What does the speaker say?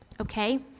Okay